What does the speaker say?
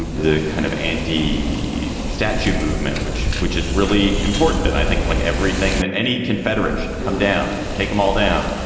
the kind of anti statue movement which which is really important, and i think like everything that any confederate should come down, take them all down.